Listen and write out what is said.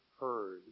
heard